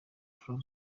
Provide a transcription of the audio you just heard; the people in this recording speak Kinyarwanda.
trump